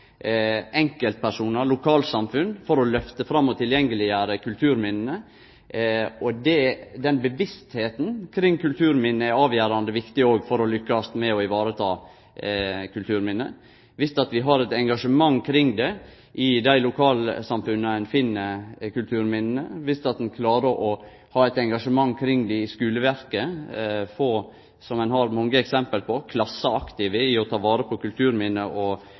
enkeltpersonar og lokalsamfunn for å lyfte fram og gjere kulturminna tilgjengelege, og det medvitet om kulturminna er avgjerande viktig for å lykkast med å vareta dei. Dersom vi har eit engasjement for dette i dei lokalsamfunna der ein finn kulturminne, og dersom ein klarer å ha eit engasjement for dette i skuleverket, som ein har mange eksempel på – klasseaktive i å ta vare på kulturminne og